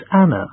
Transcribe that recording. Anna